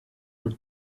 were